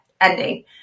ending